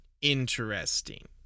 interesting